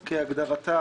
- כהגדרתו